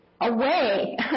away